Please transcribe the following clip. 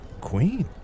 queen